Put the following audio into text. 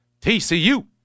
TCU